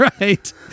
Right